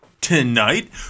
tonight